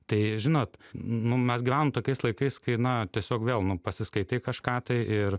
tai žinot nu mes gyvenam tokiais laikais kai na tiesiog vėl nu pasiskaitai kažką tai ir